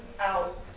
out